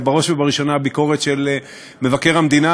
אבל בראש ובראשונה הביקורת של מבקר המדינה,